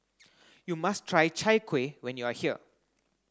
you must try Chai Kuih when you are here